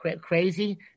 crazy